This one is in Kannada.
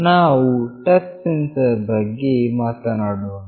ನಾವು ಟಚ್ ಸೆನ್ಸರ್ ನ ಬಗ್ಗೆ ಮಾತನಾಡೋಣ